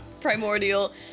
primordial